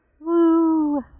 Woo